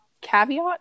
Caveat